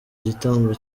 gitambo